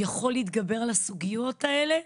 יכול להתגבר על הסוגיות האלה,